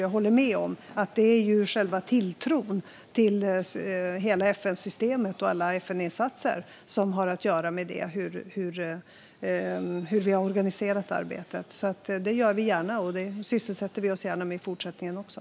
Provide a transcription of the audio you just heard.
Jag håller med om att själva tilltron till hela FN-systemet och alla FN-insatser har att göra med hur vi har organiserat arbetet. Vi gör det gärna och sysselsätter oss gärna med det i fortsättningen också.